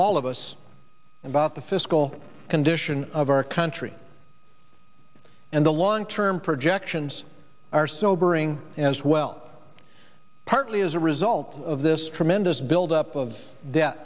all of us about the fiscal condition of our country and the long term projections are sobering as well partly as a result of this tremendous build up of